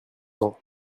ans